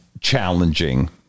challenging